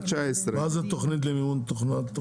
מה זה התוכנית למימון תוכנה?